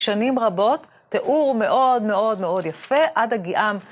שנים רבות, תיאור מאוד מאוד מאוד יפה, עד הגיעם.